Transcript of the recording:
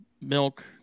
milk